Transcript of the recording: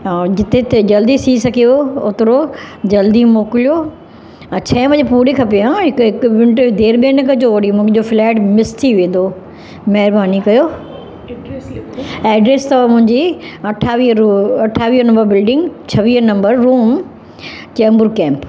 ऐं जिते ते जल्दी थी सघेव ओतिरो जल्दी मोकिलियो हा छह वजे पूरे खपे हा हिकु हिकु मिंट देरि वेर न कजो ओॾी मुंहिंजो फ्लेट मिस थी वेंदो महिरबानी कयो एड्रेस लिखो एड्रेस अथव मुंहिंजी अठावीह रो अठावीह नंबर बिल्डिंग छवीह नंबर रूम चेंबूर कैंप